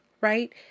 right